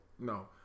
no